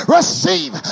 Receive